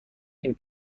این